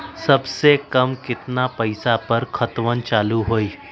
सबसे कम केतना पईसा पर खतवन चालु होई?